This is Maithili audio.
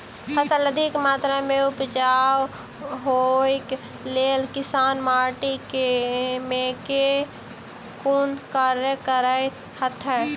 फसल अधिक मात्रा मे उपजाउ होइक लेल किसान माटि मे केँ कुन कार्य करैत छैथ?